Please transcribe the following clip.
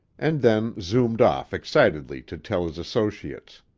and then zoomed off excitedly to tell his associates.